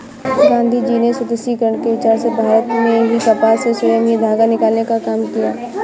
गाँधीजी ने स्वदेशीकरण के विचार से भारत में ही कपास से स्वयं ही धागा निकालने का काम किया